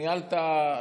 ניהלת,